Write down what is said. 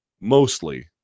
Mostly